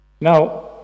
Now